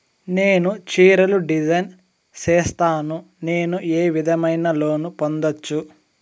నేను చీరలు డిజైన్ సేస్తాను, నేను ఏ విధమైన లోను పొందొచ్చు